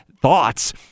thoughts